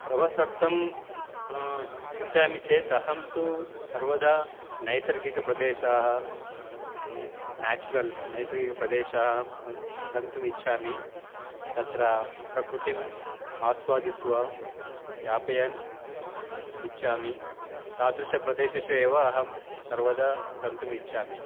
प्रवासार्तं चिन्तयामि चेत् अहं तु सर्वदा नैसर्गिकप्रदेशाः नेचुरल् नैसर्गिकप्रदेशाः गन्तुमिच्छामि तत्र प्रकृतिम् आस्वादयित्वा यापयन् इच्छामि तादृशप्रदेशेषु एव अहं सर्वदा गन्तुमिच्छामि